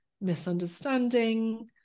misunderstanding